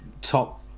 top